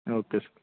okay sir